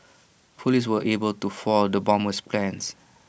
Police were able to foil the bomber's plans